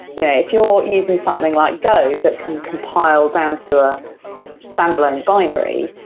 yeah if you're using something like go that can compile down to a standalone binary,